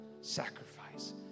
sacrifice